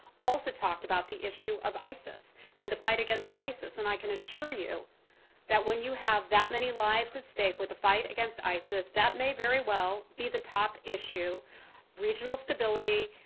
also talked about the issue of isis and the fight against isis, and i can assure you that when you have that many lives at stake with the fight against isis, isis, that may very well be the top issue regional stability,